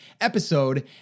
episode